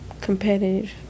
competitive